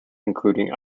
including